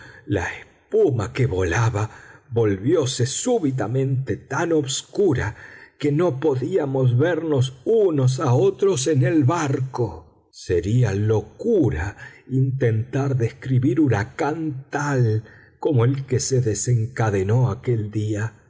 la espuma que volaba volvióse súbitamente tan obscuro que no podíamos vernos unos a otros en el barco sería locura intentar describir huracán tal como el que se desencadenó aquel día